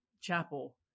chapel